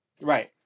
Right